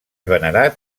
venerat